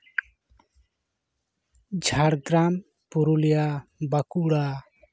Jhargram Purulia Bankura